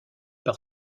par